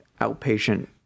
outpatient